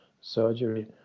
surgery